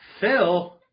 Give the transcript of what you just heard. Phil